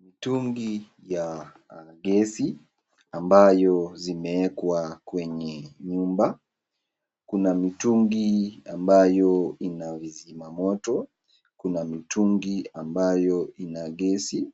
Mitungi ya gesi ambayo zimeekwa kwenye nyumba. Kuna mitungi ambayo ina vizima moto, kuna mitungi ambayo ina gesi.